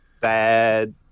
bad